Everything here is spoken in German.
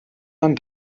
man